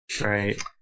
Right